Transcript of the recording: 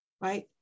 right